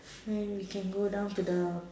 then we can go down to the